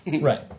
Right